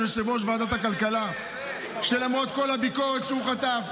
אבל, יחד עם